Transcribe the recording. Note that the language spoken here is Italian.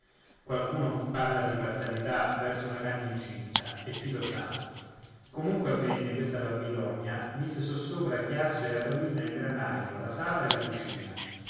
qualcuno parla di parzialità verso una cagna incinta e chi lo sa comunque avvenne questa babilonia mise sossopra a chiasso ed a rovina il granaio la sala e la cucina